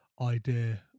idea